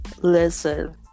Listen